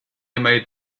made